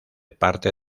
parte